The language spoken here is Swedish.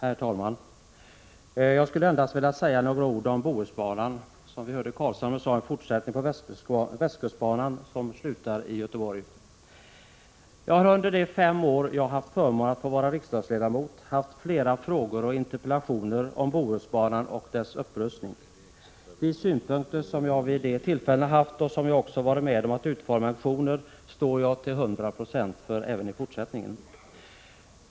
Herr talman! Jag skulle endast vilja säga några ord om Bohusbanan — det är, som Nils Carlshamre sade, en fortsättning på västkustbanan, som slutar i Göteborg. Jag har under de fem år jag haft förmånen att vara riksdagsledamot ställt flera frågor och interpellationer om Bohusbanan och dess upprustning. De synpunkter som jag vid de tillfällena anfört och som jag också varit med om att framföra i motioner står jag till 100 90 för även i fortsättningen.